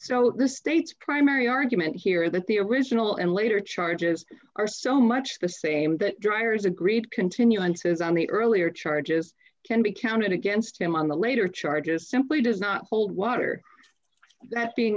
so the state's primary argument here that the original and later charges are so much the same that driers agreed continuances on the earlier charges can be counted against him on the later charges simply does not hold water that being